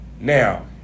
Now